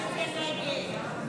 הסתייגות 30 לא נתקבלה.